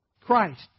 Christ